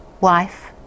wife